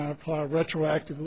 not apply retroactive